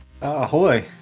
Ahoy